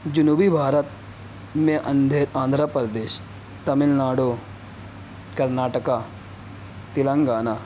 جنوبی بھارت میں اندھے آندھرا پردیش تمل ناڈو کرناٹکا تلنگانہ